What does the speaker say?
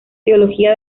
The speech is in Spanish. biología